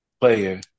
player